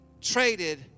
traded